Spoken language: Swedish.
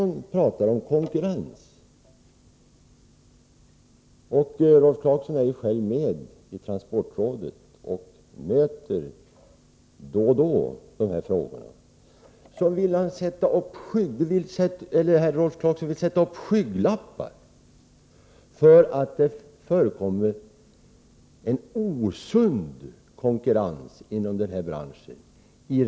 Nu sitter Rolf Clarkson själv medi transportrådet och möter då och då frågor om konkurrensförhållandena inom yrkestrafiken. Men jag får ändå en känsla av att han vill sätta upp skygglappar för att det i någon större utsträckning skulle förekomma osund konkurrens i den här branschen.